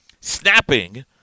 Snapping